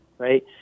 Right